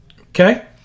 okay